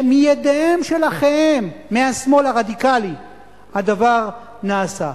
ומידיהם של אחיהם מהשמאל הרדיקלי הדבר נעשה.